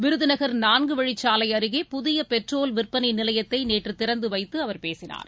விருதுநகர் நான்குவழிச் சாலை அருகே புதிய பெட்ரோல் விற்பனை நிலையத்தை நேற்று திறந்து வைத்து அவர் பேசினார்